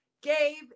gabe